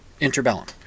interbellum